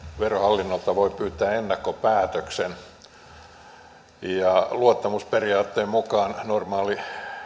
verohallinnolta voi pyytää ennakkopäätöksen luottamusperiaatteen mukaan normaali